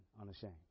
unashamed